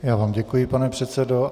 Já vám děkuji, pane předsedo.